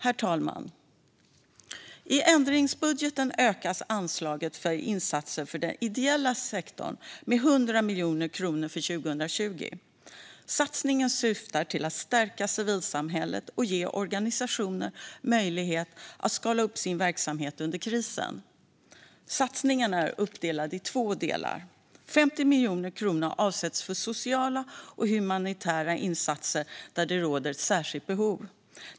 Herr talman! I ändringsbudgeten ökas anslaget till insatser för den ideella sektorn med 100 miljoner kronor för 2020. Satsningen syftar till att stärka civilsamhället och ge organisationer möjlighet att skala upp sin verksamhet under krisen. Satsningen är uppdelad i två delar. 50 miljoner kronor avsätts för sociala och humanitära insatser där det råder ett särskilt behov.